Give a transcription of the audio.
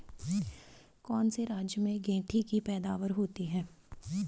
कौन से राज्य में गेंठी की पैदावार होती है?